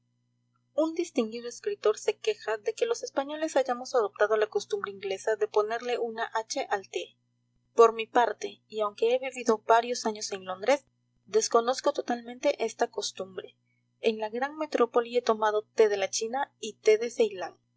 un distinguido escritor se queja de que los españoles hayamos adoptado la costumbre inglesa de ponerle una hache al te por mi parte y aunque he vivido varios años en londres desconozco totalmente esta costumbre en la gran metrópoli he tomado te de la china y te de